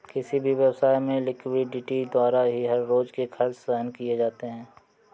किसी भी व्यवसाय में लिक्विडिटी द्वारा ही हर रोज के खर्च सहन किए जाते हैं